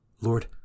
Lord